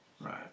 Right